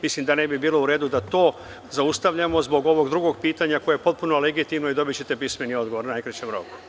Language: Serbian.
Mislim da ne bi bilo uredu da to zaustavljamo zbog ovog drugog pitanja koje je potpuno legitimno i dobićete pismeni odgovor u najkraćem roku.